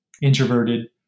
introverted